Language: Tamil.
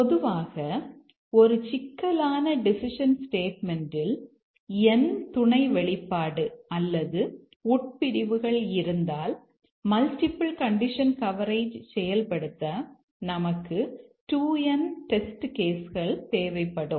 பொதுவாக ஒரு சிக்கலான டெசிஷன் ஸ்டேட்மெண்ட்யில் n துணை வெளிப்பாடு அல்லது உட்பிரிவுகள் இருந்தால் மல்டிபிள் கண்டிஷன் கவரேஜ் செயல்படுத்த நமக்கு 2n டெஸ்ட் கேஸ் கள் தேவைப்படும்